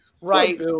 Right